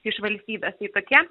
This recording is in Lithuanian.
iš valstybės jei tokie